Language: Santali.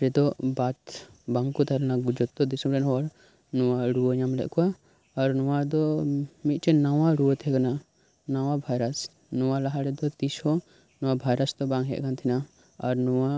ᱨᱮᱫᱚ ᱵᱟᱫ ᱵᱟᱝ ᱠᱚ ᱛᱟᱦᱮᱸ ᱞᱮᱱᱟ ᱡᱚᱛᱚ ᱫᱤᱥᱚᱢ ᱨᱮᱱ ᱦᱚᱲ ᱱᱚᱣᱟ ᱨᱩᱣᱟᱹ ᱧᱟᱢ ᱞᱮᱫ ᱠᱚᱣᱟ ᱟᱨ ᱱᱚᱣᱟ ᱫᱚ ᱢᱤᱫᱴᱮᱡ ᱱᱟᱣᱟ ᱨᱩᱣᱟᱹ ᱛᱟᱦᱮᱸ ᱠᱟᱱᱟ ᱱᱟᱣᱟ ᱵᱷᱟᱭᱨᱟᱥ ᱱᱚᱣᱟ ᱞᱟᱦᱟᱨᱮᱫᱚ ᱛᱤᱥ ᱦᱚᱸ ᱱᱚᱣᱟ ᱵᱷᱟᱭᱨᱟᱥ ᱫᱚ ᱵᱟᱝ ᱦᱮᱡ ᱟᱠᱟᱱ ᱛᱟᱦᱮᱱᱟ ᱟᱨ ᱱᱚᱣᱟ